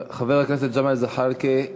חבר הכנסת ג'מאל זחאלקה,